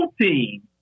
team